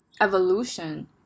evolution